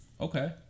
Okay